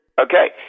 Okay